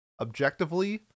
Objectively